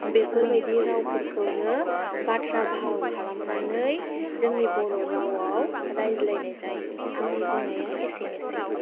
बेफोरबादि रावफोरखौनो बाथ्रा भाव खालामनानै जोंनि बर' रावाव रायज्लायनाय जायो आंनि बुंनाया एसेनोसै